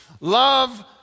love